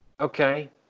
Okay